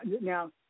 Now